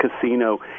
casino